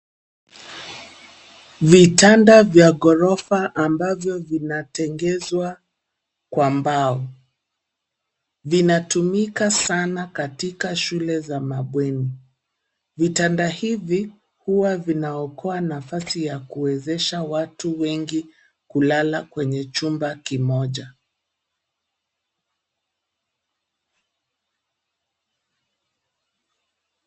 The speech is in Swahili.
Vitanda vya ghorofa ambavyo vinatengenezwa kwa mbao. Vinatumika sana katika shule za mabweni . Vitanda hivi huwa vinaokoa nafasi ya kuwezesha watu wengi kulala kwenye chumba kimoja.